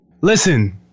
Listen